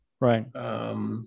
Right